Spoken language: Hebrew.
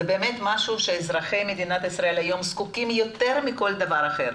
זה באמת משהו שאזרחי מדינת ישראל היום זקוקים יותר מכל דבר אחר.